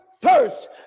first